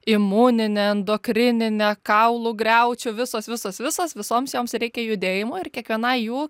imuninė endokrininė kaulų griaučių visos visos visos visoms joms reikia judėjimo ir kiekvienai jų